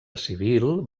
civil